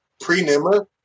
pre-Nimmer